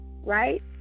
right